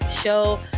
show